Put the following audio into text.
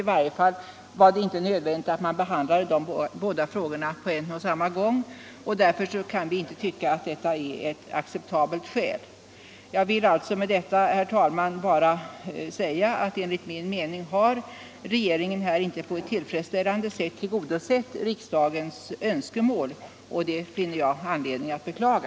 I varje fall var det inte nödvändigt att man behandlade de båda frågorna på samma gång. Därför kan vi inte tycka att detta är ett acceptabelt skäl. Med detta vill jag alltså, herr talman, bara säga att enligt min mening har regeringen inte här på ett tillfredsställande sätt tillgodosett riksdagens önskemål. Och det finner jag anledning att beklaga.